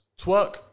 Twerk